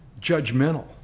judgmental